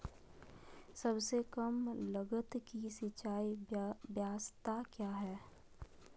सबसे कम लगत की सिंचाई ब्यास्ता क्या है?